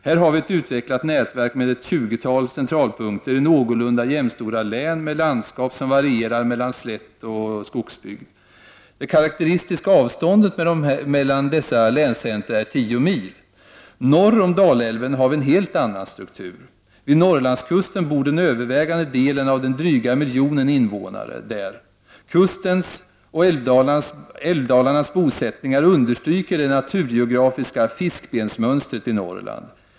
Här har vi ett utvecklat nätverk med ett tjugotal centralpunkter i någorlunda jämstora län i landskap med en variation mellan slätt och skogsbygd. Det karakteristiska avståndet mellan dessa länscentra är tio mil. Norr om Dalävlen har vi en helt annan struktur. Vid Norrlandskusten bor den övervägande delen av den dryga miljonen invånare. Kustens och älvdalarnas bosättningar understryker det naturgeografiska fiskbensmönstret i Norrland.